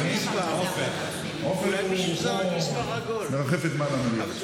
עופר, רוחו מרחפת מעל המליאה.